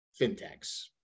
fintechs